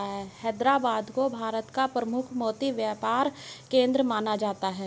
हैदराबाद को भारत का प्रमुख मोती व्यापार केंद्र माना जाता है